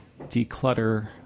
declutter